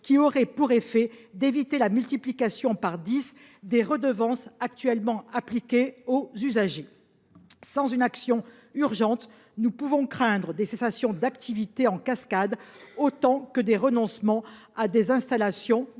qui aurait pour effet d’éviter la multiplication par dix des redevances actuellement appliquées aux usagers. Sans une action urgente, nous pouvons craindre des cessations d’activité en cascade ainsi que des renoncements à l’installation de